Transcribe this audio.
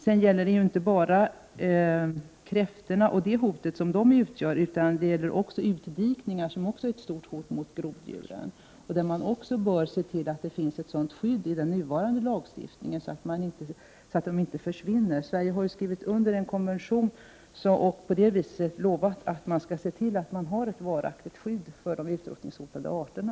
Det gäller här inte bara det hot som kräftorna utgör — utdikningar är också ett stort hot mot groddjuren. Även på den punkten bör man se till att det i lagstiftningen finns ett sådant skydd att grodorna inte försvinner. Sverige har ju skrivit under en konvention och på det sättet lovat se till att ha ett varaktigt skydd för de utrotningshotade arterna.